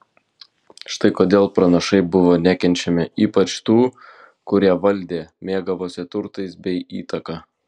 štai kodėl pranašai buvo nekenčiami ypač tų kurie valdė mėgavosi turtais bei įtaka